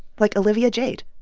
like olivia jade